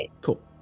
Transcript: cool